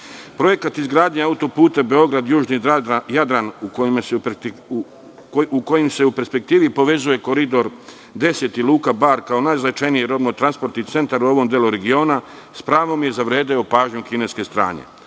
izgradnje autoputa Beograd-Južni Jadran, kojim se u perspektivi povezuje Koridor 10 i Luka Bar kao najznačajniji robno-transportni centar u ovom delu regiona, s pravom je zavredeo pažnju kineske strane.